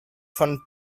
von